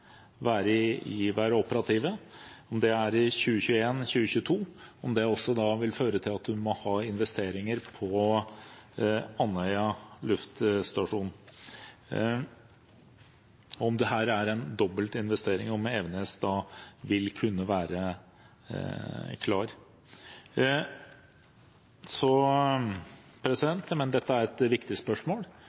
være operative, om det er i 2021 eller 2022, og om det også vil føre til at man må ha investeringer på Andøya flystasjon, om dette er en dobbeltinvestering, og om Evenes da vil kunne være klar. Jeg mener dette er et viktig spørsmål.